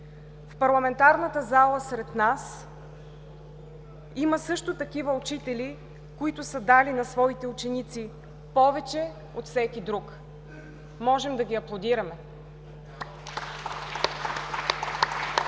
В парламентарната зала сред нас има също такива учители, които са дали на своите ученици повече от всеки друг. Можем да ги аплодираме.